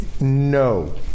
no